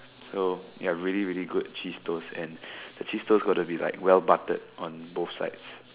so ya really really good cheese toast and the cheese toast got to be like well buttered on both sides